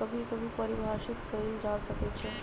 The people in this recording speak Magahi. कभी कभी परिभाषित कइल जा सकई छ